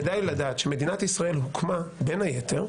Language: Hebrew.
כדאי לדעת שמדינת ישראל הוקמה בין היתר,